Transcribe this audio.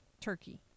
Turkey